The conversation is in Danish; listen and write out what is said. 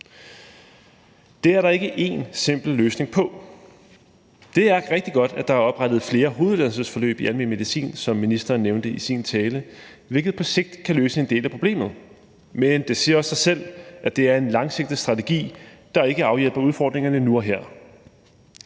Det er der ikke én simpel løsning på. Det er rigtig godt, at der er oprettet flere hoveduddannelsesforløb i almen medicin, som ministeren nævnte i sin tale, hvilket på sigt kan løse en del af problemet, men det siger også sig selv, at det er en langsigtet strategi, der ikke afhjælper udfordringerne nu og her.